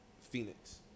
Phoenix